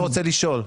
מה אתה רוצה לשאול?